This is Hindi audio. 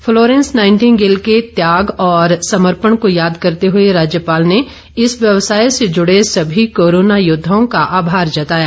फ्लोरेंस नाइटिंगेल के त्याग और समर्पण को याद करते हुए राज्यपाल ने इस व्यवसाय से जुड़े सभी कोरोना योद्वाओं का आभार जताया